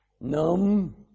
numb